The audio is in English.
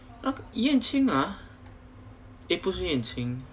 yan qing ah 呃不是 yan qing